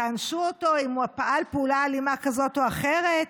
תענישו אותו אם הוא פעל פעולה אלימה כזאת או אחרת.